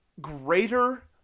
greater